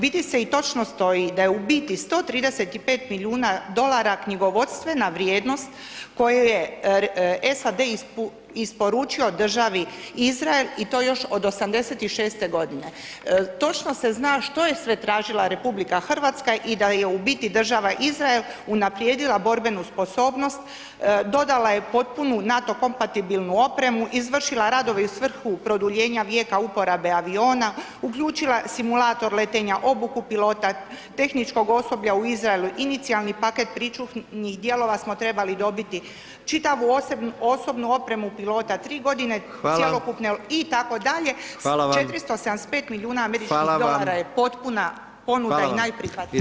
Vidi se i točno stoji da je u biti 135 milijuna dolara knjigovodstvena vrijednost koju je SAD isporučio državi Izrael i to još od 86.g. Točno se zna što je sve tražila RH i da je u biti država Izrael unaprijedila borbenu sposobnost, dodala je potpunu NATO kompatibilnu opremu, izvršila radove i u svrhu produljenja vijeka uporabe aviona, uključila simulator letenja, obuku pilota, tehničkog osoblja u Izraelu, inicijalni paket pričuvnih dijelova smo trebali dobiti, čitavu osobnu opremu pilota, tri godine [[Upadica: Hvala]] cjelokupne itd [[Upadica: Hvala vam]] 475 milijuna američkih dolara [[Upadica: Hvala vam]] je potpuna [[Upadica: Hvala vam]] ponuda i najprihvatljivija.